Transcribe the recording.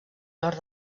nord